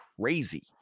crazy